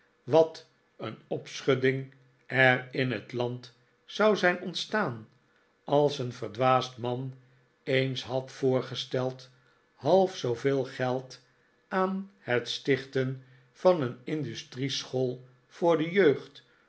wat een opschudding er in het land zou zijn ontstaan als een verdwaasd man eens had voorgesteld half zooveel geld aan het stichten van een industrie school voor de jeugd